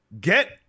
Get